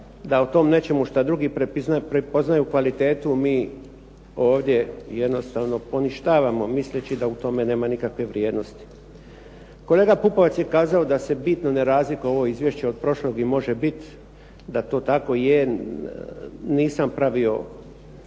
da o tom nečemu što drugi prepoznaju kvalitetu mi ovdje jednostavno poništavamo misleći da u tome nema nikakve vrijednosti. Kolega Pupovac je kazao da se bitno ne razlikuje ovo izvješće od prošlog i može bit da to tako i je, nisam pravio